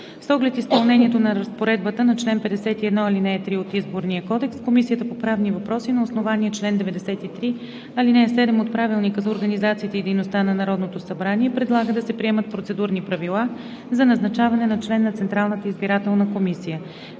С оглед изпълнението на разпоредбата на чл. 51, ал. 3 от Изборния кодекс Комисията по правни въпроси на основание чл. 93, ал. 7 от Правилника за организацията и дейността на Народното събрание предлага да се приемат процедурни правила за назначаване на член на Централната избирателна комисия.